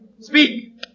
Speak